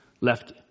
left